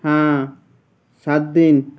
হ্যাঁ সাত দিন